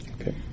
okay